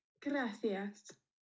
Gracias